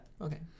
Okay